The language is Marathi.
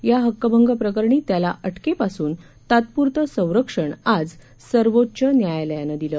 या हक्कभंग प्रकरणी त्याला अ किपासून तात्पुरतं संरक्षण आज सर्वोच्च न्यायालयानं दिलं